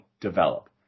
develop